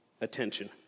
attention